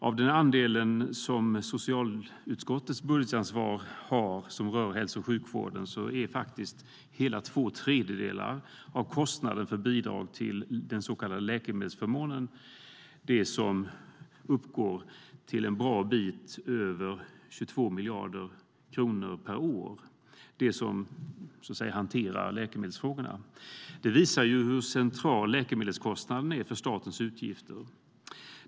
Av den andel av socialutskottets budgetansvar som rör hälso och sjukvården utgör hela två tredjedelar kostnaden för bidrag till den så kallade läkemedelsförmånen, som uppgår till en bra bit över 22 miljarder kronor per år. Det visar hur central läkemedelskostnaden är för statens utgifter.